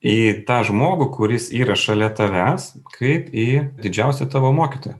į tą žmogų kuris yra šalia tavęs kaip į didžiausią tavo mokytoją